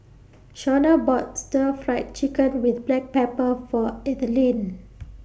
Shonna bought Stir Fried Chicken with Black Pepper For Ethelene